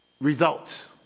Results